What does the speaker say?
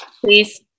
please